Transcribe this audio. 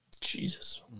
Jesus